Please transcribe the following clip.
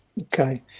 Okay